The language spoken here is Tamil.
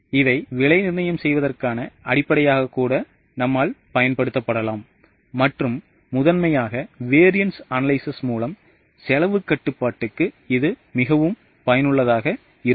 இது விலை நிர்ணயம் செய்வதற்கான அடிப்படையாகப் பயன்படுத்தப்படலாம் மற்றும் முதன்மையாக variance analysis மூலம் செலவுக் கட்டுப்பாட்டுக்கு இது பயனுள்ளதாக இருக்கும்